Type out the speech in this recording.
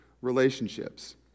relationships